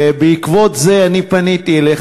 ובעקבות זה אני פניתי אליך,